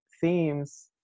themes